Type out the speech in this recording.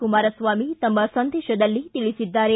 ಕುಮಾರಸ್ವಾಮಿ ತಮ್ಮ ಸಂದೇಶದಲ್ಲಿ ತಿಳಿಸಿದ್ದಾರೆ